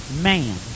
man